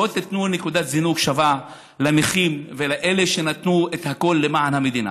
שייתנו נקודת זינוק שווה לנכים ולאלה שנתנו הכול למען המדינה.